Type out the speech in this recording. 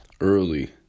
early